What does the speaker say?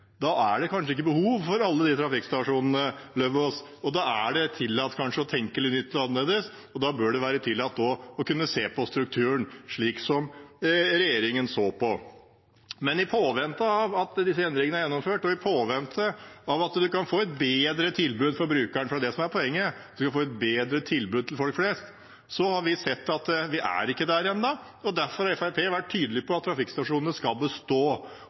er det kanskje ikke behov for alle de trafikkstasjonene. Da er det kanskje tillatt å tenke litt nytt og annerledes, og da bør det også være tillatt å se på strukturen, slik som regjeringen har gjort. Men i påvente av at disse endringene er gjennomført, og i påvente av at man kan få et bedre tilbud til brukeren, for det er det som er poenget, å få et bedre tilbud til folk flest – og vi har sett at vi ikke er der ennå – har Fremskrittspartiet vært tydelig på at trafikkstasjonene skal bestå.